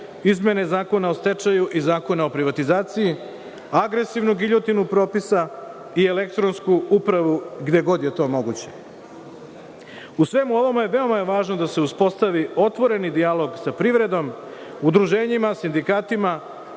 izmene Zakona o stečaju i Zakona o privatizaciji, agresivnu giljotinu propisa i elektronsku upravu, gde god je to moguće.U svemu ovome veoma je važno da se uspostavi otvoreni dijalog sa privredom, udruženjima, sindikatima,